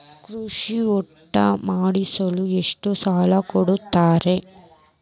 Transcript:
ಕೃಷಿ ಹೊಂಡ ಮಾಡಿಸಲು ಎಷ್ಟು ಸಾಲ ಕೊಡ್ತಾರೆ?